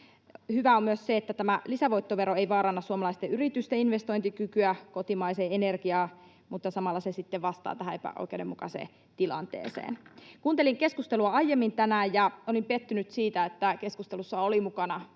Hyvää on myös se, että tämä lisävoittovero ei vaaranna suomalaisten yritysten investointikykyä kotimaiseen energiaan, mutta samalla se sitten vastaa tähän epäoikeudenmukaiseen tilanteeseen. Kuuntelin keskustelua aiemmin tänään, ja olin pettynyt siitä, että keskustelussa oli mukana